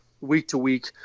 week-to-week